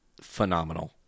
Phenomenal